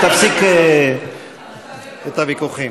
תפסיק את הוויכוחים.